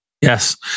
Yes